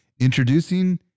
Introducing